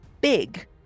big